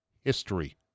history